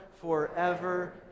forever